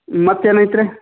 ಮತ್ತೇನೈತಿ ರೀ